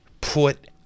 put